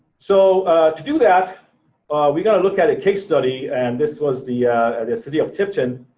so to do that we're gonna look at a case study and this was the and city of tipton,